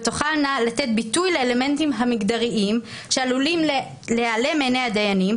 ותוכלנה לתת ביטוי לאלמנטים המגדריים שעלולים להיעלם מעיניי הדיינים,